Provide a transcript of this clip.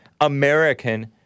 American